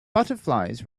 butterflies